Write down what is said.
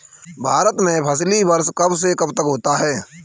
भारत में फसली वर्ष कब से कब तक होता है?